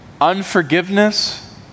unforgiveness